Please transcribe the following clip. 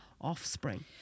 offspring